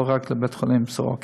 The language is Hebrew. ולא רק לבית-החולים סורוקה.